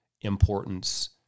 importance